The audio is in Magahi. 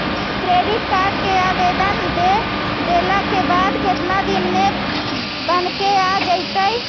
क्रेडिट कार्ड के आवेदन दे देला के बाद केतना दिन में बनके आ जइतै?